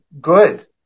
good